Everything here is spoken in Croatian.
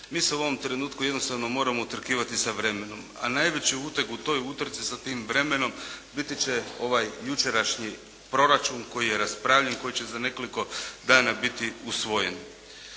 Mi se u ovom trenutku jednostavno moramo utrkivati sa vremenom. A najveći uteg u toj utrci sa tim vremenom biti će ovaj jučerašnji proračun koji je raspravljen, koji će za nekoliko dana biti usvojen.